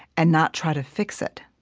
and not try to fix it,